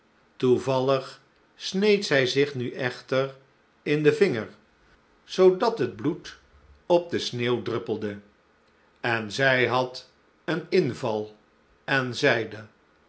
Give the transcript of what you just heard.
toevallig sneed zij zich nu echter in den vinger zoodat het bloed op de sneeuw druppelde en zij had een inval en zeide